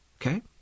Okay